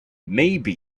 maybe